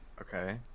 Okay